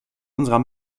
unserer